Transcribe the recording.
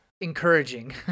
encouraging